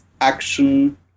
action